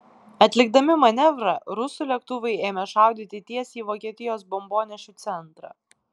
atlikdami manevrą rusų lėktuvai ėmė šaudyti tiesiai į vokietijos bombonešių centrą